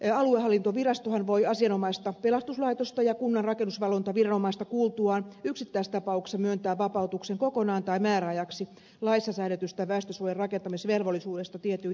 aluehallintovirastohan voi asianomaista pelastuslaitosta ja kunnan rakennusvalvontaviranomaista kuultuaan yksittäistapauksessa myöntää vapautuksen kokonaan tai määräajaksi laissa säädetystä väestönsuojan rakentamisvelvollisuudesta tietyin edellytyksin